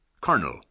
Colonel